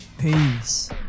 Peace